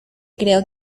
creo